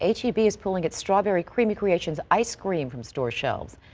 ah cheapies pulling its strawberry creamy creations ice cream from store shelves.